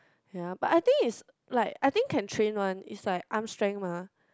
ya but I think is like I think can train one is like arm strength mah